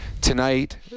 tonight